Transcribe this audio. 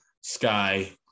Sky